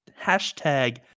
hashtag